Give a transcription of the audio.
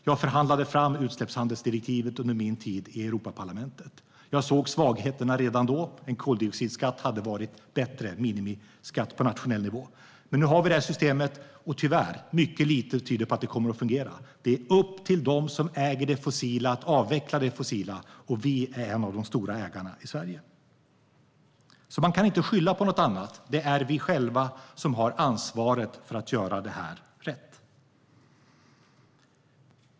Jag förhandlade fram utsläppshandelsdirektivet under min tid i Europaparlamentet. Jag såg svagheterna redan då. En koldioxidskatt hade varit bättre, en minimiskatt på nationell nivå. Men nu har vi det här systemet. Tyvärr tyder mycket lite på att det kommer att fungera. Det är upp till dem som äger det fossila att avveckla det fossila, och vi är en av de stora ägarna i Sverige. Man kan inte skylla på något annat. Det är vi själva som har ansvaret för att göra det här rätt.